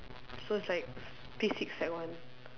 so it's like s~ P six sec one